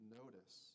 notice